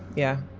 yeah.